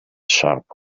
sharp